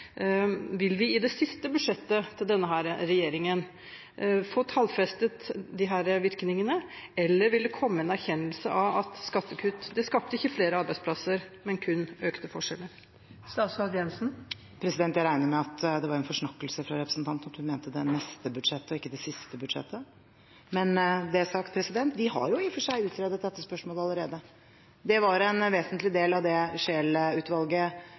Vil vi i det siste budsjettet til denne regjeringen få tallfestet disse virkningene, eller vil det komme en erkjennelse av at skattekutt skapte ikke flere arbeidsplasser, men kun økte forskjeller? Jeg regner med at det var en forsnakkelse fra representanten at hun mente det neste budsjettet og ikke det siste budsjettet. Men det er sagt. Vi har i og for seg utredet dette spørsmålet allerede. Det var en vesentlig del av det